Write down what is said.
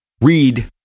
read